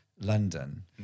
London